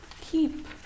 Keep